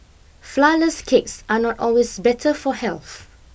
flourless cakes are not always better for health